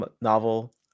novel